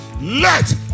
let